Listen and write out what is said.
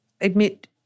admit